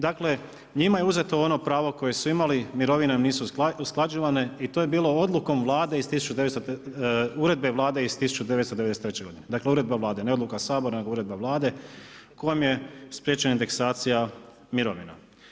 Dakle, njima je uzeto ono pravo koje su imali, mirovne im nisu usklađivane i to je bilo odlukom vlade, uredbe Vlade iz 1993. g. Dakle, Uredba Vlade, ne odluka Sabora, nego uredba Vlade, kojom je spriječena deksacija mirovina.